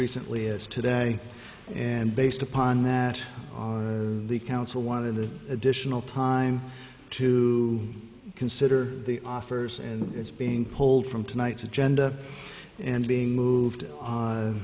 recently as today and based upon that the council wanted to additional time to consider the offers and it's being pulled from tonight's agenda and being moved